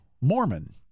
Mormon